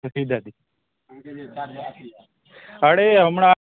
अरे हमरा